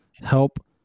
help